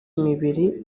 imibiri